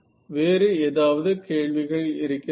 வேறு ஏதாவது கேள்விகள் இருக்கிறதா